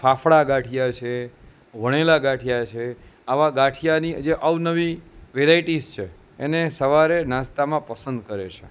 ફાફડા ગાંઠિયા છે વણેલા ગાંઠિયા છે આવા ગાંઠિયાની જે અવનવી વેરાઈટીઝ છે એને સવારે નાસ્તામાં પસંદ કરે છે